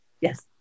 Yes